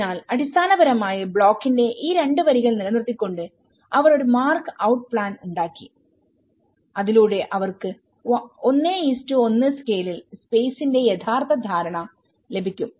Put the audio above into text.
അതിനാൽ അടിസ്ഥാനപരമായി ബ്ലോക്കിന്റെ ഈ രണ്ട് വരികൾ നിലനിർത്തിക്കൊണ്ട് അവർ ഒരു മാർക്ക് ഔട്ട് പ്ലാൻ ഉണ്ടാക്കി അതിലൂടെ അവർക്ക് 11 സ്കേലിൽ സ്പേസിന്റെ യഥാർത്ഥ ധാരണ ലഭിക്കും